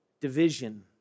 division